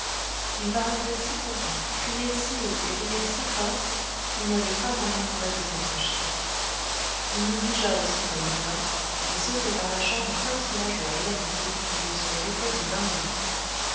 il paraissait si content criait si haut et riait si fort qu'il n'y avait pas moyen pour elle de s'en fâcher il me bigea aussi comme du pain et sautait par la chambre comme si la joie et l'amitié lui eussent fait l'effet du vin nouveau